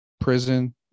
prison